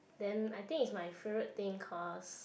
then I think it's my favorite thing because